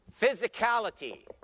physicality